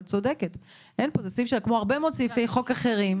כמו הרבה מאוד סעיפי חוק אחרים,